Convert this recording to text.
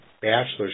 bachelor's